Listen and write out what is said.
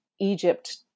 Egypt